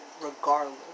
regardless